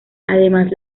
además